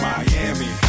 Miami